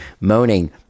moaning